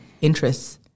interests